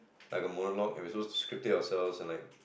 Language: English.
like a monologue and we supposed to script it ourselves and like